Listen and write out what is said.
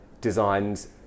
designs